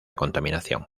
contaminación